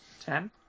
Ten